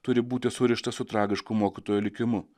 turi būti surištas su tragišku mokytojo likimu